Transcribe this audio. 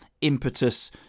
impetus